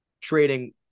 trading